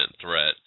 threat